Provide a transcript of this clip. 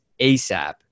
ASAP